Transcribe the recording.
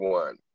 one